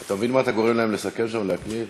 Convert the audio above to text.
אתה מבין מה אתה גורם להם לסכם שם, להקליד?